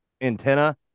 antenna